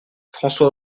françois